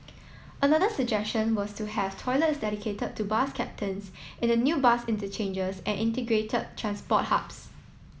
another suggestion was to have toilets dedicated to bus captains in the new bus interchanges and integrated transport hubs